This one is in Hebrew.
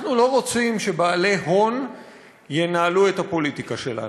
אנחנו לא רוצים שבעלי הון ינהלו את הפוליטיקה שלנו,